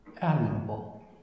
admirable